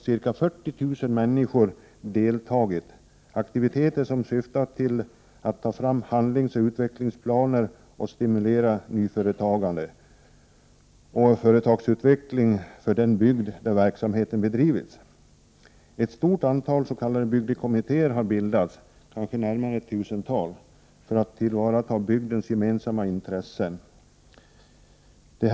Ca 40 000 människor har deltagit i dessa aktiviteter, som syftat till att ta fram handlingsoch utvecklingsplaner och stimulera nyföretagande och företagsutveckling för den bygd där verksamheten bedrivits. Ett stort antal s.k. bygdekommittéer har bildats, kanske närmare ett tusental, för att tillvarata gemensamma intressen i bygden.